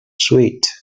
sweet